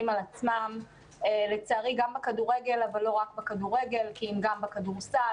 על עצמם לא רק בכדורגל אלא גם בכדורסל,